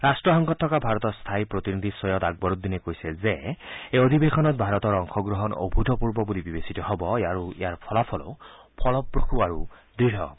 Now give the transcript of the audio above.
ৰাট্টসংঘত থকা ভাৰতৰ স্থায়ী প্ৰতিনিধি ছৈয়দ আকবৰ উদ্দিনে কৈছে যে এই অধিৱেশনত ভাৰতৰ অংশগ্ৰহণ অভূতপূৰ্ব বুলি বিবেচিত হব আৰু ইয়াৰ ফলাফলো ফলপ্ৰসু আৰু দৃঢ় হব